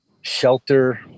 shelter